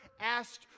asked